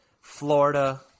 Florida